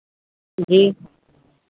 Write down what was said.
जी